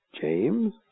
James